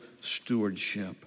stewardship